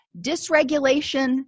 dysregulation